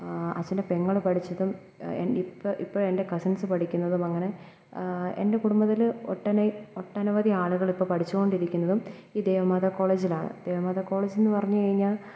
അച്ഛൻ്റെ പെങ്ങൾ പഠിച്ചതും ഇപ്പം ഇപ്പം എൻ്റെ കസിൻസ് പഠിക്കുന്നതുമങ്ങനെ എൻ്റെ കുടുംബത്തിൽ ഒട്ടന ഒട്ടനവധി ആളുകളിപ്പം പഠിച്ചു കൊണ്ടിരിക്കുന്നതും ഈ ദേവമാതാ കോളേജിലാണ് ദേവമാതാ കോളേജെന്നു പറഞ്ഞു കഴിഞ്ഞാൽ